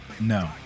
No